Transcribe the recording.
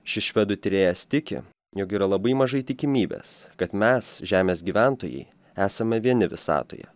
šis švedų tyrėjas tiki jog yra labai mažai tikimybės kad mes žemės gyventojai esame vieni visatoje